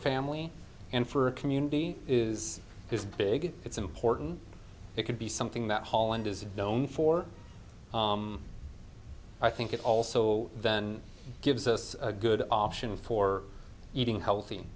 family and for a community is this big it's important it could be something that holland is known for i think it also then gives us a good option for eating healthy